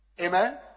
Amen